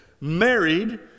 married